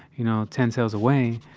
you know, ten cells away,